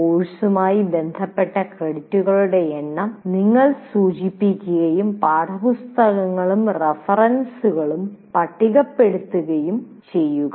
കോഴ്സുമായി ബന്ധപ്പെട്ട ക്രെഡിറ്റുകളുടെ എണ്ണം നിങ്ങൾ സൂചിപ്പിക്കുകയും പാഠപുസ്തകങ്ങളും റഫറൻസുകളും പട്ടികപ്പെടുത്തുകയും ചെയ്യുക